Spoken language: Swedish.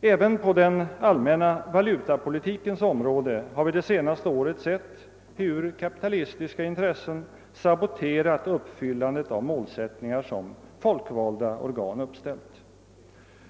Även på den allmänna valutapolitikens område har vi det senaste året sett hur kapitalistiska intressen saboterat uppfyllandet av målsättningar som folkvalda organ uppställt.